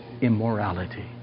immorality